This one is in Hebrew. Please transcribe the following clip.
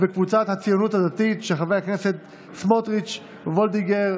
אורלי לוי אבקסיס,